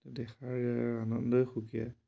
দেখাৰ আনন্দই সুকীয়া